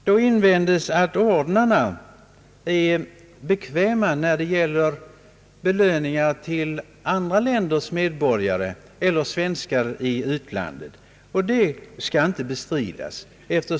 Det har invänts att ordnarna är bekväma när det gäller belöningar till andra länders medborgare eller svenskar i utlandet. Detta skall inte bestridas.